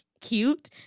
cute